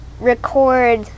record